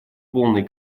полный